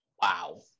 wow